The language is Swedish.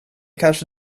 kanske